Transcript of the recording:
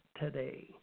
today